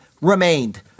remained